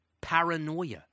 paranoia